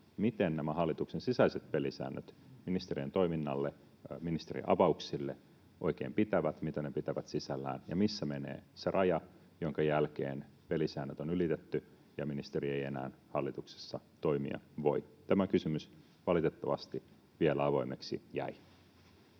miten nämä hallituksen sisäiset pelisäännöt ministerien toiminnalle, ministerien avauksille oikein pitävät, mitä ne pitävät sisällään ja missä menee se raja, jonka jälkeen pelisäännöt on ylitetty ja ministeri ei enää hallituksessa toimia voi. Tämä kysymys valitettavasti vielä avoimeksi jäi.